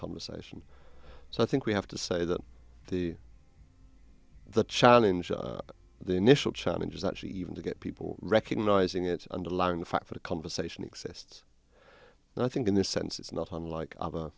conversation so i think we have to say that the the challenge of the initial challenge is actually even to get people recognizing it underlying the fact that a conversation exists and i think in this sense it's not unlike other